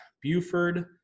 Buford